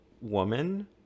woman